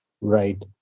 Right